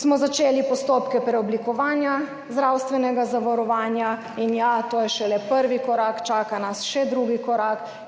smo začeli postopke preoblikovanja zdravstvenega zavarovanja in ja, to je šele prvi korak, čaka nas še drugi korak